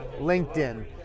LinkedIn